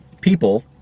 people